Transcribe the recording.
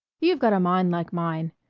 you've got a mind like mine.